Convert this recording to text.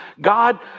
God